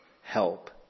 help